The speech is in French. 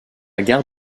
gare